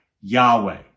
Yahweh